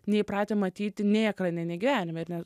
neįpratę matyti nei ekrane nei gyvenime ir nes